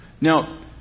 Now